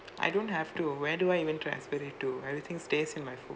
I don't have to where do I even transfer it to everything stays in my phone